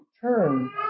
turn